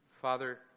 Father